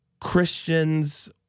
Christians